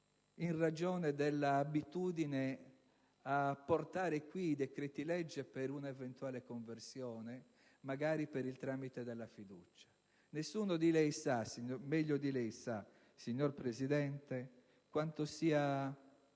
in ragione dell'abitudine a portare in questa sede i decreti-legge per un'eventuale conversione, magari per il tramite della fiducia. Nessuno meglio di lei sa, signor Presidente, quanto sia